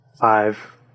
five